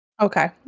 Okay